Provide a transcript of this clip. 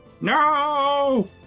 no